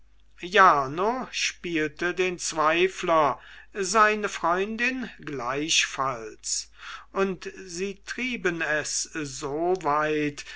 jarno spielte den zweifler seine freundin gleichfalls und sie trieben es